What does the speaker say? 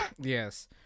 Yes